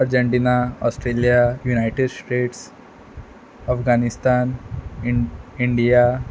Argentina Australia United States Afghanistan इं India